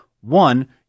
One